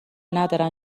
ندارن